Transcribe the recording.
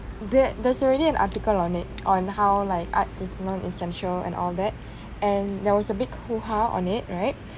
there there is already an article on it on how like arts is non essential and all that and there was a big hoo-ha on it right